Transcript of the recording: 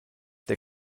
der